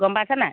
গম পাইছা নাই